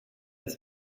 his